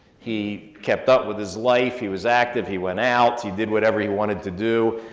he kept up with his life, he was active, he went out, he did whatever he wanted to do.